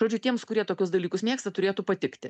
žodžiu tiems kurie tokius dalykus mėgsta turėtų patikti